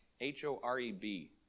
H-O-R-E-B